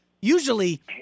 Usually